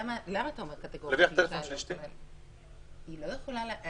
למה אתה אומר קטגורית שאישה לא יכולה?